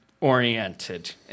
oriented